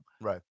Right